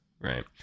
right